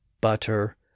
butter